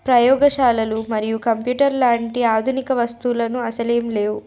ప్రయోగశాలలు మరియు కంప్యూటర్ లాంటి ఆధునిక వస్తువులను అసలేం లేవు